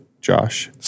Josh